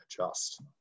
adjust